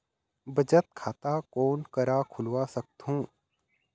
बचत खाता कोन करा खुलवा सकथौं?